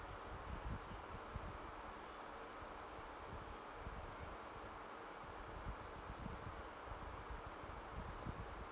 on